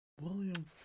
William